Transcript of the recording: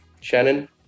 Shannon